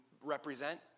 represent